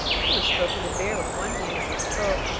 he was stroking the bear with one hand as he spoke,